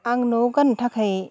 आं न'आव गाननो थाखाय